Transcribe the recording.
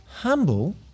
Humble